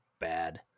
bad